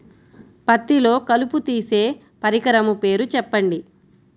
పత్తిలో కలుపు తీసే పరికరము పేరు చెప్పండి